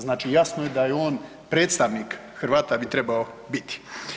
Znači, jasno je da je on predstavnik Hrvata bi trebao biti.